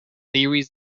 theories